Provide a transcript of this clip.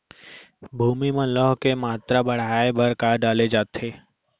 भूमि मा लौह के मात्रा बढ़ाये बर का डाले जाये?